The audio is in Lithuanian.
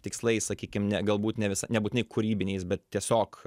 tikslais sakykim ne galbūt ne vis nebūtinai kūrybiniais bet tiesiog